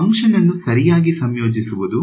function ಅನ್ನು ಸರಿಯಾಗಿ ಸಂಯೋಜಿಸುವುದು